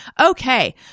Okay